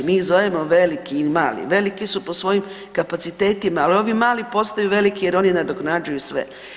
Mi ih zovemo veliki i mali, veliki su po svojim kapacitetima, ali ovi mali postaju veliki jer oni nadoknađuju sve.